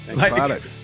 product